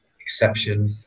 exception